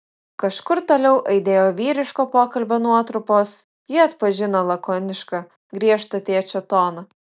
kažkur toliau aidėjo vyriško pokalbio nuotrupos ji atpažino lakonišką griežtą tėčio toną